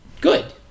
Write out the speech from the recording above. good